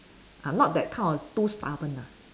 ah not that kind of too stubborn ah